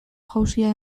jauzia